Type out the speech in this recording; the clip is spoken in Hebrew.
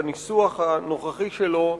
בניסוח הנוכחי שלו,